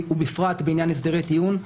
ובפרט בעניין הסדרי טיעון,